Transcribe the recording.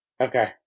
Okay